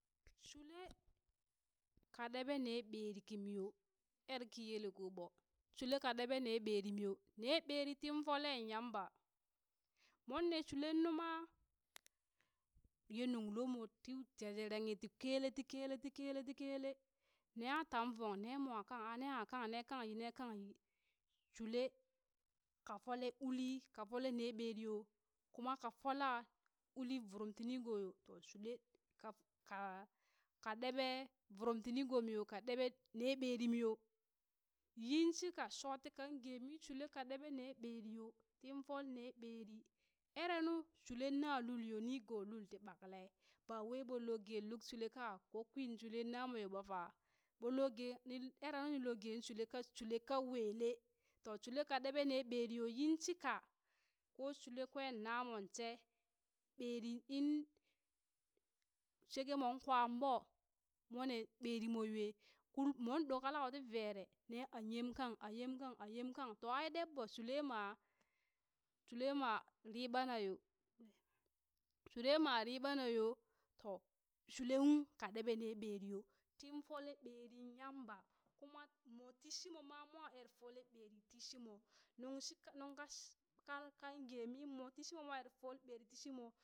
Shule ka ɗeɓe ne ɓeri kimiyo er ki yele koɓo, shule ka ɗeɓe ne ɓerimi yo, ne ɓeri tin folen Yamba monne shulen numa ye nung lomo ti jejerenghi ti kele ti kele ti kele ti kele, neha taŋ vong nemwan kang a na akang nekang yi ne kang yi, shule ka fole uli ka fole ne ɓeri yo, kuma ka fola uli vurumti nigoyo to shule ka ka ka ɗeɓe vurum ti nigomiyo, ka ɗeɓe ne ɓerimiyo yinshika shotikan ge mi shule ka ɗeɓe ne ɓeriyo tin fol ne ɓerin erenu shule na lul yo nigo lul ti ɓakale, bawai ɓon lo ge luk shule ka a ko kwin shule namoyo ɓofa ɓollo gen mi ere nu ning lo ge shule ka shule ka wele to shule ka ɗeɓe ne ɓeri yo yinshika ko shule kwen namon she ɓeri inn shekemon kwan ɓo mone ɓerimoyoe ku mon ɗo ka lau ti vere ne a yem kang a yem kang a yem kang to ai ɗeɓɓo shule ma shulema riɓana yo shulema riɓana yo to shulekung ka ɗeɓe ne ɓeri yo tin fole ɓerin Yamba kumo moti shimo ma mo ere fole ɓeri ti shimo nuŋ shika nuŋ ka kan kan gemi moti shimo mo er fol ɓeri ti shimo,